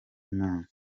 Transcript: imana